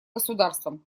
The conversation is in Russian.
государством